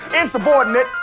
Insubordinate